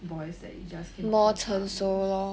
boys that just came out from the army